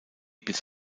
bis